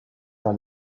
vers